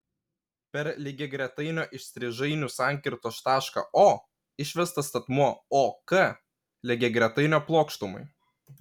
per lygiagretainio įstrižainių sankirtos tašką o išvestas statmuo ok lygiagretainio plokštumai